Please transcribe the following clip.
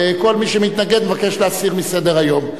וכל מי שמתנגד, מבקש להסיר מסדר-היום.